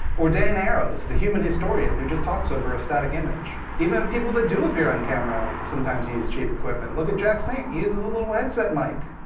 or dan arrows, the human historian, who just talks over a static image. even people that do appear on camera, sometimes use cheap equipment. look at jack saint, he uses a little headset mic.